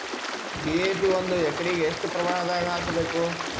DAP ಒಂದು ಎಕರಿಗ ಎಷ್ಟ ಪ್ರಮಾಣದಾಗ ಹಾಕಬೇಕು?